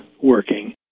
working